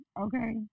okay